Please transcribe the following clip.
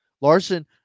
Larson